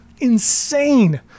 Insane